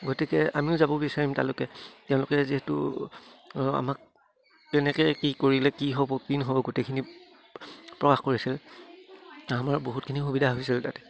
গতিকে আমিও যাব বিচাৰিম তালৈকে তেওঁলোকে যিহেতু আমাক কেনেকে কি কৰিলে কি হ'ব কি নহ'ব গোটেইখিনি প্ৰকাশ কৰিছিল আমাৰ বহুতখিনি সুবিধা হৈছিল তাতে